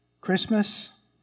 Christmas